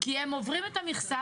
נכון.